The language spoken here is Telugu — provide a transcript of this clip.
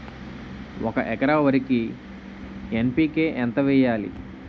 ఒక ఎకర వరికి ఎన్.పి.కే ఎంత వేయాలి?